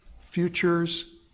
futures